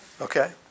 Okay